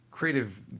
Creative